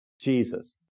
Jesus